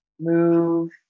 move